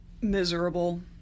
Miserable